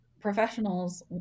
professionals